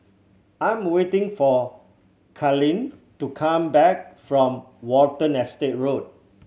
I'm waiting for Katelyn to come back from Watten Estate Road